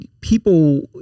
people